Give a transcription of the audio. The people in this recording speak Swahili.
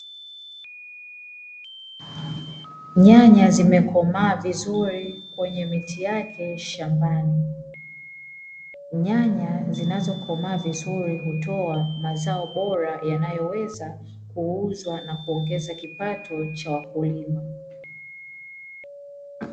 Nyanya zimekomaa vizuri kwenye miti yake shambani. Nyanya zinazokomaa vizuri hutoa mazao bora yanayoweza kuuzwa na kuongeza kipato cha wakulima.